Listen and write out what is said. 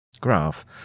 graph